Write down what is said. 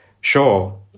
Sure